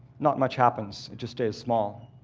not much happens, it just is small.